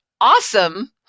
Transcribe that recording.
awesome